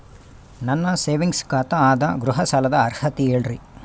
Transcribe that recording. ನನ್ನ ಸೇವಿಂಗ್ಸ್ ಖಾತಾ ಅದ, ಗೃಹ ಸಾಲದ ಅರ್ಹತಿ ಹೇಳರಿ?